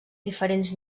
diferents